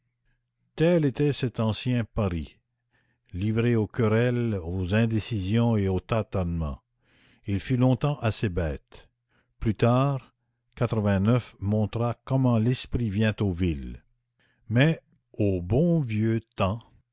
tel était cet ancien paris livré aux querelles aux indécisions et aux tâtonnements il fut longtemps assez bête plus tard montra comment l'esprit vient aux villes mais au bon vieux temps